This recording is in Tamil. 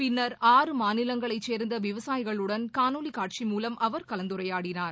பின்னர் ஆறு மாநிலங்களை சேர்ந்த விவசாயிகளுடன் காணொலி காட்சி மூலம் அவர் கலந்துரையாடினார்